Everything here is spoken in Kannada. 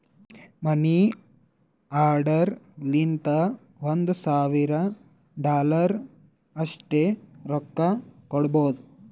ಮನಿ ಆರ್ಡರ್ ಲಿಂತ ಒಂದ್ ಸಾವಿರ ಡಾಲರ್ ಅಷ್ಟೇ ರೊಕ್ಕಾ ಕೊಡ್ಬೋದ